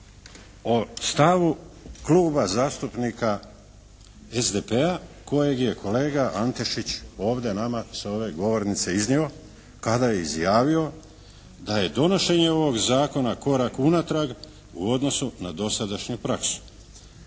o stavu Kluba zastupnika SDP-a kojeg je kolega Antešić, nama, sa ove govornice iznio, kada je izjavio da je donošenje ovog zakona korak unatrag u odnosu na dosadašnju praksu.